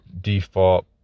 default